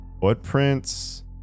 footprints